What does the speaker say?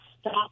stop